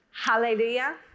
Hallelujah